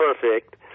perfect